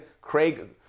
Craig